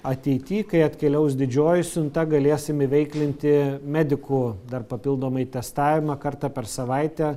ateity kai atkeliaus didžioji siunta galėsim įveiklinti medikų dar papildomai testavimą kartą per savaitę